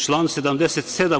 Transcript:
Član 77.